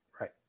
Right